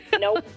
Nope